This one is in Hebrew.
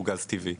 הוא גז טבעי.